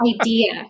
idea